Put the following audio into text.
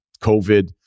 COVID